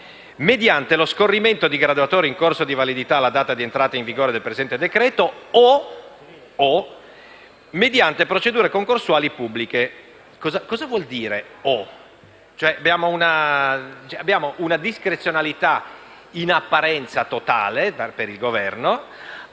mediante lo scorrimento di graduatorie in corso di validità alla data di entrata in vigore del presente decreto «o» mediante procedure concorsuali pubbliche. Cosa vuole dire «o»? Abbiamo una discrezionalità in apparenza totale del Governo,